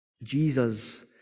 Jesus